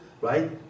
right